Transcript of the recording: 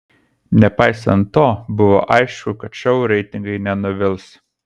nepaisant to buvo aišku kad šou reitingai nenuvils